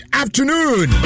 afternoon